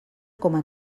coma